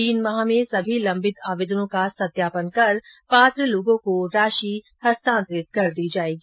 तीन माह में सभी लम्बित आवेदनों का सत्यापन कर पात्र लोगों को राशि हस्तान्तरित कर दी जाएगी